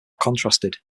contrasted